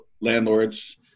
landlords